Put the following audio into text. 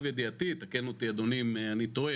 יתקן אותי אדוני אם אני טועה,